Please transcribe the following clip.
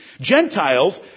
Gentiles